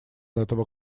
этого